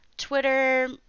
Twitter